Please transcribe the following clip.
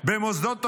במוסדות תורניים,